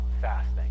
fasting